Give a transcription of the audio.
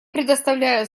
предоставляю